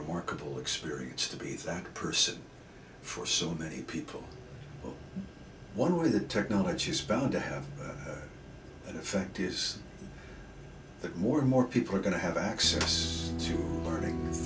remarkable experience to be that person for so many people one way that technology is bound to have an effect is that more and more people are going to have access to learning